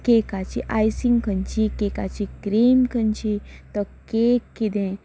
की त्या केकाची आयसींग खंयची केकाची क्रीम खंयची तो केक कितें